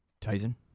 Tyson